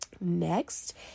Next